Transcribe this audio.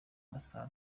masaha